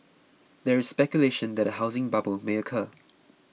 there is speculation that a housing bubble may occur